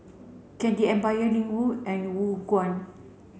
Candy Empire Ling Wu and Khong Guan